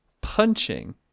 punching